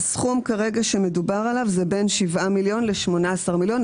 הסכום כרגע שמדובר עליו זה בין 7 מיליון ל-18 מיליון.